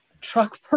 truck